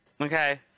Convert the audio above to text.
Okay